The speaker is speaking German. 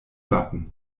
wappen